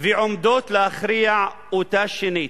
ועומדות להכריע אותה שנית.